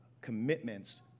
commitments